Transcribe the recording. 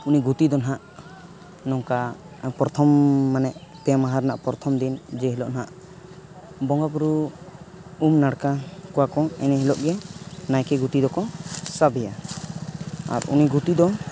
ᱩᱱᱤ ᱜᱩᱛᱤᱫᱚ ᱱᱟᱦᱟᱜ ᱱᱚᱝᱠᱟ ᱯᱨᱚᱛᱷᱚᱢ ᱢᱟᱱᱮ ᱯᱮ ᱢᱟᱦᱟ ᱨᱮᱱᱟᱜ ᱯᱨᱚᱛᱷᱚᱢ ᱫᱤᱱ ᱡᱮ ᱦᱤᱞᱳᱜ ᱦᱟᱜ ᱵᱚᱸᱜᱟᱼᱵᱩᱨᱩ ᱩᱢᱼᱱᱟᱲᱠᱟ ᱠᱚᱣᱟᱠᱚ ᱮᱱ ᱦᱤᱞᱳᱜ ᱜᱮ ᱱᱟᱭᱠᱮ ᱜᱩᱛᱤ ᱫᱚᱠᱚ ᱥᱟᱵᱮᱭᱟ ᱟᱨ ᱩᱱᱤ ᱜᱩᱛᱤ ᱫᱚ